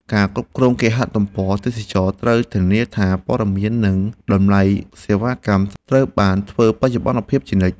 អ្នកគ្រប់គ្រងគេហទំព័រទេសចរណ៍ត្រូវធានាថា ព័ត៌មាននិងតម្លៃសេវាកម្មត្រូវបានធ្វើបច្ចុប្បន្នភាពជានិច្ច។